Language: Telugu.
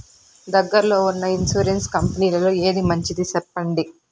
దగ్గర లో ఉన్న ఇన్సూరెన్సు కంపెనీలలో ఏది మంచిది? సెప్పండి?